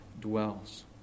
dwells